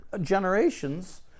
generations